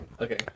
Okay